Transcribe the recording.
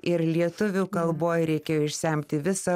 ir lietuvių kalboj reikėjo išsemti visą